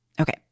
Okay